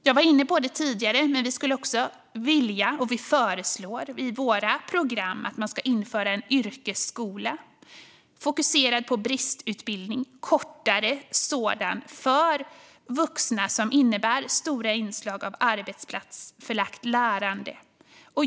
Jag var inne på tidigare att vi skulle vilja, vilket vi föreslår i våra program, att man inför en yrkesskola som är fokuserad på bristutbildning, en kortare sådan, för vuxna och som innebär stora inslag av arbetsplatsförlagt lärande.